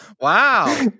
Wow